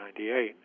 1998